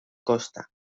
costa